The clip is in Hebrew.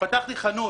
פתחתי חנות.